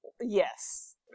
Yes